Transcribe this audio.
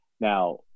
Now